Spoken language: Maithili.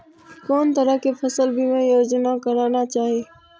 कोन तरह के फसल बीमा योजना कराना चाही?